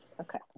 Okay